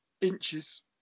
inches